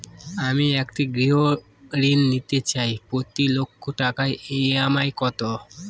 আমি একটি গৃহঋণ নিতে চাই প্রতি লক্ষ টাকার ই.এম.আই কত?